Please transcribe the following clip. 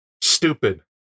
stupid